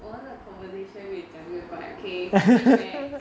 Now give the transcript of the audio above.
我们的 conversation 越讲越怪 okay strange right